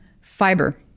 fiber